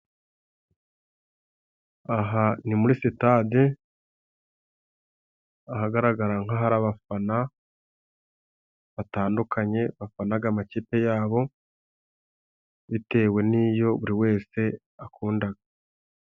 Aha ni muri sitade ahagaragara nk'ahari abafana batandukanye, bafanaga amakipe yabo bitewe n'iyo buri wese akundaga.